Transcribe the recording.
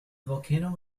volcano